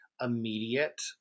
immediate